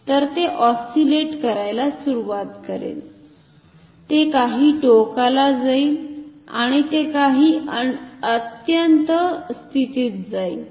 तर ते ऑस्सिलेट करायला सुरवात करेल ते काही टोकाला जाईल आणि ते काही अत्यंत स्थितीत जाईल